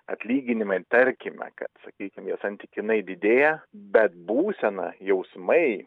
atlyginimai tarkime kad sakykim jie santykinai didėja bet būsena jausmai